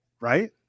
right